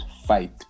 fight